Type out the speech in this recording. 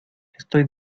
estoy